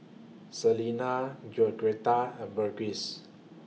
Selina Georgetta and Burgess